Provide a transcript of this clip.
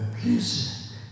Please